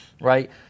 right